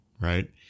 right